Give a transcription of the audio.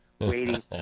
waiting